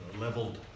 leveled